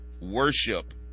worship